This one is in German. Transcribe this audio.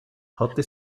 hatte